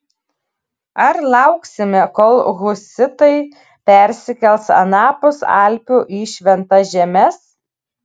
ar lauksime kol husitai persikels anapus alpių į šventas žemes